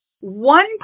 One